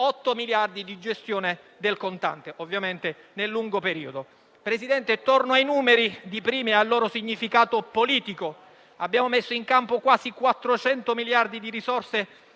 di euro di gestione del contante, ovviamente nel lungo periodo. Signor Presidente, torno ai numeri di prima e al loro significato politico. Abbiamo messo in campo quasi 400 miliardi di euro di risorse